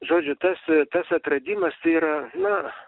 žodžiu tas tas atradimas yra na